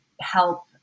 help